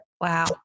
Wow